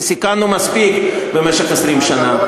כי סיכנו מספיק במשך 20 שנה,